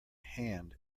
hand